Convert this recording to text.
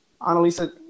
Annalisa